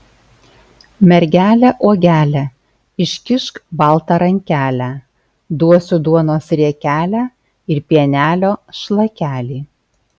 mergele uogele iškišk baltą rankelę duosiu duonos riekelę ir pienelio šlakelį